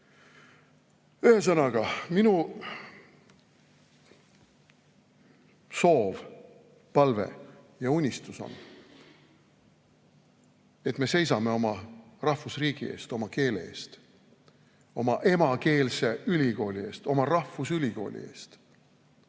aru. Ühesõnaga, minu soov, palve ja unistus on, et me seisaksime oma rahvusriigi eest, oma keele eest, oma emakeelse ülikooli eest, oma rahvusülikooli eest